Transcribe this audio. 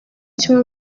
kimwe